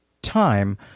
time